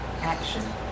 Action